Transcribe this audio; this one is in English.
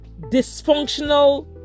dysfunctional